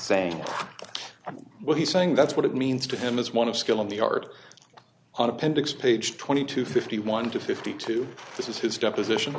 what he's saying that's what it means to him as one of skill in the art on appendix page twenty two fifty one to fifty two this is his deposition